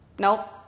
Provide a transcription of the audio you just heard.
Nope